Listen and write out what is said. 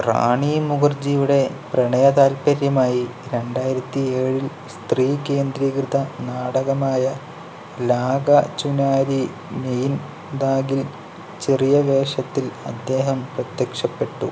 റാണി മുഖർജിയുടെ പ്രണയ താല്പര്യമായി രണ്ടായിരത്തി ഏഴിൽ സ്ത്രീ കേന്ദ്രീകൃത നാടകമായ ലാഗ ചുനാരി മെയിൻ ദാഗിൽ ചെറിയ വേഷത്തിൽ അദ്ദേഹം പ്രത്യക്ഷപ്പെട്ടു